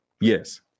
yes